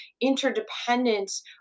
interdependence